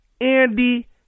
Andy